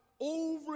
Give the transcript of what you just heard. Over